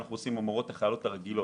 שאנחנו עושים עם המורות החיילות הרגילות.